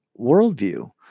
worldview